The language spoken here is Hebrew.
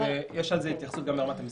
יש על זה התייחסות גם ברמת המספרים.